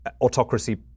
autocracy